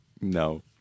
No